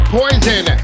poison